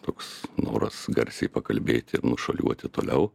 toks noras garsiai pakalbėti nušuoliuoti toliau